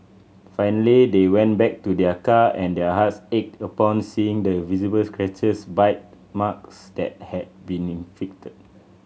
finally they went back to their car and their hearts ached upon seeing the visible scratches bite marks that had been inflicted